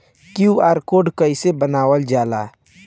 QR code कइसे बनवाल जाला?